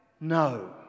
No